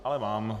Ale mám.